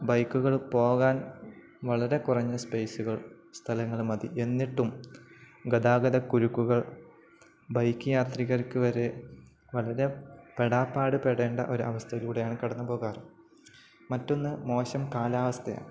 ബൈക്കുകള് പോകാൻ വളരെ കുറഞ്ഞ സ്പേസുകൾ സ്ഥലങ്ങള് മതി എന്നിട്ടും ഗതാഗത കുരുക്കുകൾ ബൈക്ക് യാത്രികർക്കു വരെ വളരെ പെടാപ്പാട് പെടേണ്ട ഒരു അവസ്ഥയിലൂടെയാണ് കടന്നു പോകാറ് മറ്റൊന്നു മോശം കാലാവസ്ഥയാണ്